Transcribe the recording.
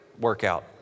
workout